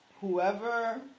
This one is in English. whoever